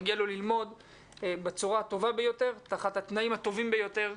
מגיע לו ללמוד בצורה הטובה ביותר תחת התנאים הטובים ביותר,